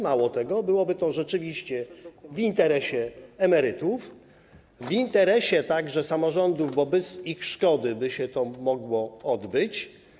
Mało tego, byłoby to rzeczywiście w interesie emerytów, także w interesie samorządów, bo bez ich szkody by się to mogło odbyć.